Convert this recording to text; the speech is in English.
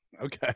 Okay